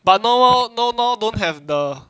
but no no no no don't have the